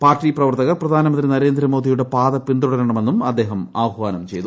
party പ്രവർത്തകർ പ്രധാനമന്ത്രി നരേന്ദ്രമോദിയുടെ പാത പിന്തുടരണമെന്നും അദ്ദേഹം ആഹ്വാനം ചെയ്തു